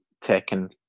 taken